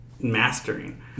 mastering